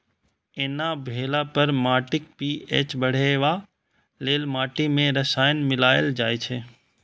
एना भेला पर माटिक पी.एच बढ़ेबा लेल माटि मे रसायन मिलाएल जाइ छै